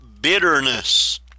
bitterness